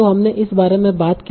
तो हमने इस बारे में बात की